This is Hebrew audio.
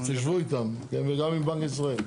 אז תשבו איתם, גם עם בנק ישראל.